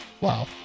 wow